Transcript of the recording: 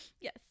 yes